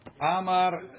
Amar